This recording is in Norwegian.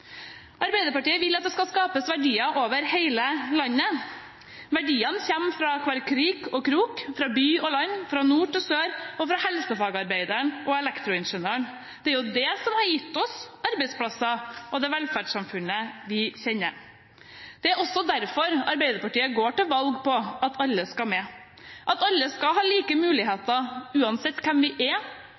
Arbeiderpartiet vil at det skal skapes verdier over hele landet. Verdiene kommer fra hver krik og krok, fra by og land, fra nord til sør og fra helsefagarbeideren og elektroingeniøren. Det er det som har gitt oss arbeidsplasser og det velferdssamfunnet vi kjenner. Det er også derfor Arbeiderpartiet går til valg på at alle skal med, og at alle skal ha like muligheter uansett hvem vi er,